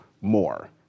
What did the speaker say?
more